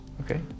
Okay